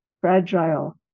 fragile